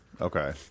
Okay